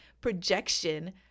projection